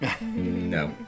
no